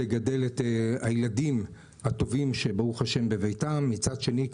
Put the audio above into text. לגדל את הילדים הטובים שברוך השם בביתן ומצד שני,